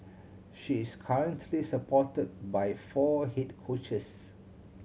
she is currently supported by four head coaches